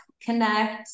connect